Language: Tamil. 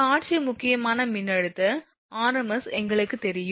காட்சி முக்கியமான மின்னழுத்த rms எங்களுக்குத் தெரியும்